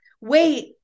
wait